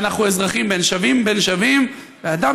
שאנחנו אזרחים שווים בין שווים והדם